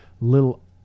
little